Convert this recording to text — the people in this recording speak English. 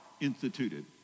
instituted